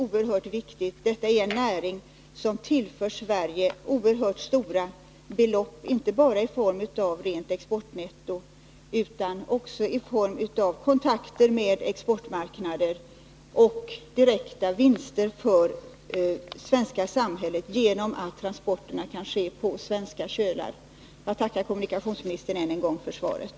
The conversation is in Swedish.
Detta är en näring som tillför Sverige stora belopp i form av inte bara rent exportnetto utan också kontakter med exportmarknader och direkta vinster för det svenska samhället genom att transporterna kan ske på svenska kölar. Jag tackar än en gång för svaret.